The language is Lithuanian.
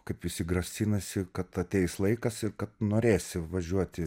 kaip visi grasinasi kad ateis laikas ir kad norėsi važiuoti